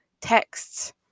Texts